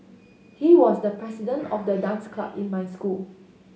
he was the president of the dance club in my school